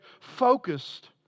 focused